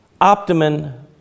Optimum